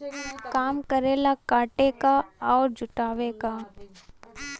काम करेला काटे क अउर जुटावे क